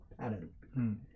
pattern